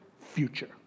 future